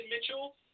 Mitchell